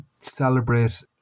celebrate